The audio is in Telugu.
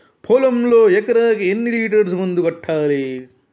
పొలంలో ఎకరాకి ఎన్ని లీటర్స్ మందు కొట్టాలి?